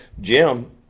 Jim